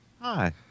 hi